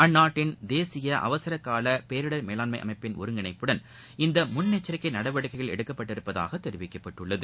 அந்நாட்டின் தேசிய அவசரகால பேரிடர் மேலாண்மை அமைப்பின் ஒருங்கிணைப்புடன் இந்த முன்னெச்சரிக்கை நடவடிக்கைகள் எடுக்கப்பட்டிருப்பதாக தெரிவிக்கப்பட்டுள்ளது